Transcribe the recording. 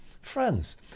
Friends